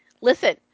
Listen